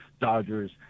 Dodgers